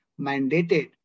mandated